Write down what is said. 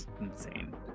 Insane